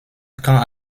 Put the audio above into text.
quand